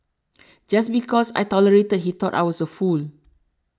just because I tolerated he thought I was a fool